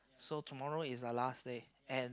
so tomorrow is the last day and